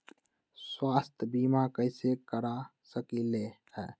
स्वाथ्य बीमा कैसे करा सकीले है?